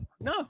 No